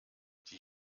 die